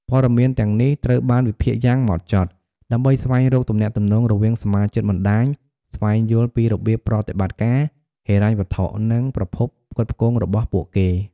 ព័ត៌មានទាំងនេះត្រូវបានវិភាគយ៉ាងហ្មត់ចត់ ដើម្បីស្វែងរកទំនាក់ទំនងរវាងសមាជិកបណ្តាញ ស្វែងយល់ពីរបៀបប្រតិបត្តិការ ហិរញ្ញវត្ថុ និងប្រភពផ្គត់ផ្គង់របស់ពួកគេ។